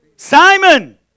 Simon